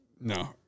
No